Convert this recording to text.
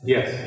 Yes